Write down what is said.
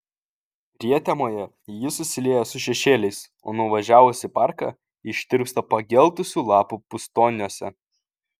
prietemoje ji susilieja su šešėliais o nuvažiavus į parką ištirpsta pageltusių lapų pustoniuose